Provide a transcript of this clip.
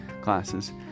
classes